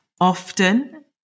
Often